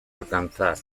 alcanzar